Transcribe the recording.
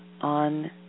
on